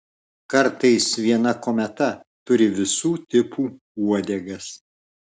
kartais viena kometa turi visų tipų uodegas